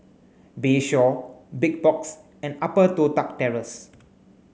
Bayshore Big Box and Upper Toh Tuck Terrace